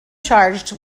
charged